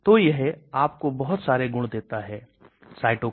तो यह एक बहुत ही दिलचस्प स्लाइड है